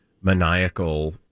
maniacal